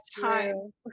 time